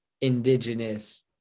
indigenous